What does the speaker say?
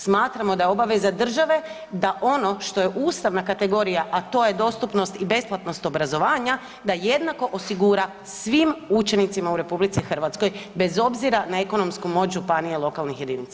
Smatramo da je obaveza države da ono što je ustavna kategorija, a to je dostupnost i besplatnost obrazovanja, da jednako osigura svim učenicima u RH bez obzira na ekonomsku moć županije i lokalnih jedinica.